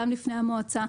וגם בפני המועצה.